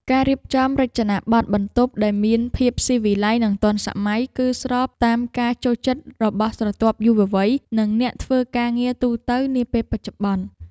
ការរៀបចំរចនាបទបន្ទប់ដែលមានភាពស៊ីវិល័យនិងទាន់សម័យ គឺស្របតាមការចូលចិត្តរបស់ស្រទាប់យុវវ័យនិងអ្នកធ្វើការងារទូទៅនាពេលបច្ចុប្បន្ន។